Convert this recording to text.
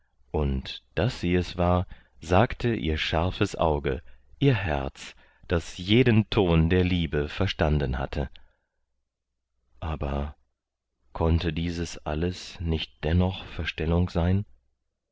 und daß sie es war sagte ihr scharfes auge ihr herz das jeden ton der liebe verstanden hatte aber konnte dieses alles nicht dennoch verstellung sein